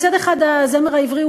הזמר העברי,